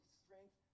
strength